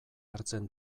hartzen